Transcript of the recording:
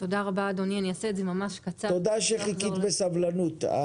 תודה שחיכית בסבלנות.